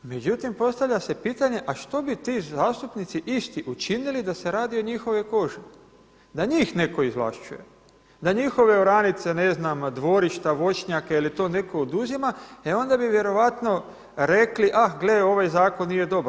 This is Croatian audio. Međutim, postavlja se pitanje a što bi ti zastupnici isti učinili da se radi o njihovoj koži, da njih netko izvlašćuje, da njihove oranice ne znam dvorišta, voćnjake da li to netko oduzima e onda bi vjerojatno rekli ah gle, ovaj zakon nije dobar.